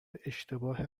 اشتباه